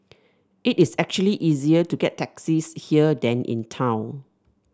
it is actually easier to get taxis here than in town